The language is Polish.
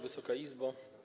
Wysoka Izbo!